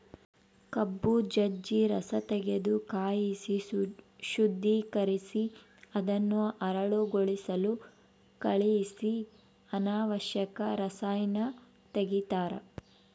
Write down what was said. ಕಬ್ಬು ಜಜ್ಜ ರಸತೆಗೆದು ಕಾಯಿಸಿ ಶುದ್ದೀಕರಿಸಿ ಅದನ್ನು ಹರಳುಗೊಳಿಸಲು ಕಳಿಹಿಸಿ ಅನಾವಶ್ಯಕ ರಸಾಯನ ತೆಗಿತಾರ